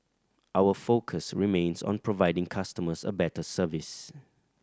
our focus remains on providing customers a better service